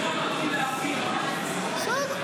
בסדר.